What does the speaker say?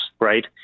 right